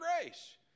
grace